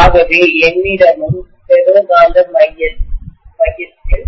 ஆகவே என்னிடமும் ஃபெரோ காந்த மையத்தில்கோரில்